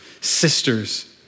sisters